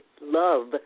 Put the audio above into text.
love